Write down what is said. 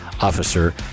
Officer